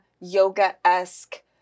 yoga-esque